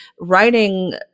writing